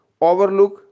overlook